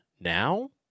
now